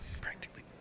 practically